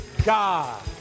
God